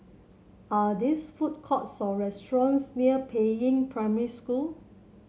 are these food courts or restaurants near Peiying Primary School